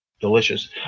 delicious